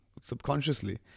subconsciously